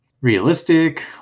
realistic